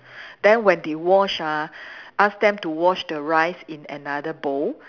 then when they wash ah ask them to wash the rice in another bowl